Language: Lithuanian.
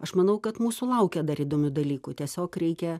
aš manau kad mūsų laukia dar įdomių dalykų tiesiog reikia